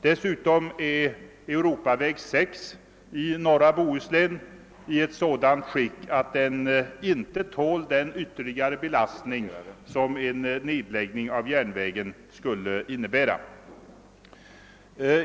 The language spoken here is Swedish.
Dessutom är Europaväg 6 i norra Bohuslän i ett sådant skick att den inte tål den ytterligare belastning som en nedläggning av järnvägen skulle leda till.